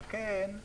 על כן,